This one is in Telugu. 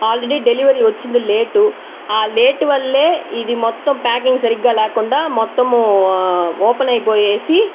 ఆల్రెడీ డెలివరీ వచ్చింది లేటు ఆ లేటు వల్లే ఇది మొత్తం ప్యాకింగ్ సరిగ్గా లేకుండా మొత్తము ఓపెన్ అయిపోయేసి